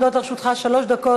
עומדות לרשותך שלוש דקות.